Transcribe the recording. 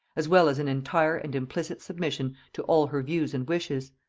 as well as an entire and implicit submission to all her views and wishes.